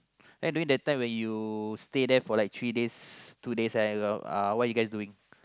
then during that time when you stay there for like three days two days eh what you guys doing